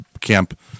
camp